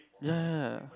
ya